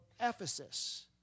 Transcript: Ephesus